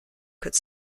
could